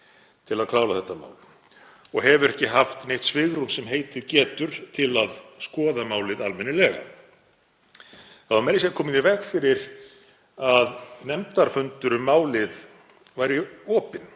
til að klára málið og hefur ekki haft neitt svigrúm sem heitið getur til að skoða það almennilega. Það var meira að segja komið í veg fyrir að nefndarfundur um málið væri opinn